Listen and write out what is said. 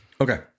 Okay